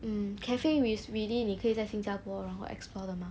mm cafe is really 你可以在新加坡然后 explore 的吗